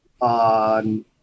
on